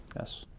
yes.